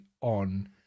on